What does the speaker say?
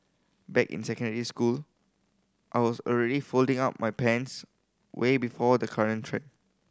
back in secondary school I was already folding up my pants way before the current trend